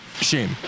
Shame